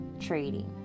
trading